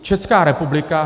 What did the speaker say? Česká republika...